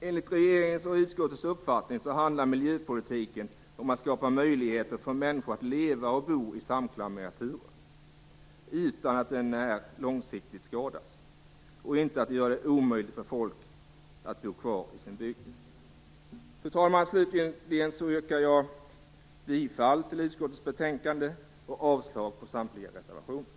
Enligt regeringens och utskottets uppfattning handlar miljöpolitiken om att skapa möjligheter för människor att leva och bo i samklang med naturen utan att den långsiktigt skadas och utan att det gör det omöjligt för folk att bo kvar i sin bygd. Fru talman! Slutligen yrkar jag bifall till utskottets hemställan och avslag på samtliga reservationer.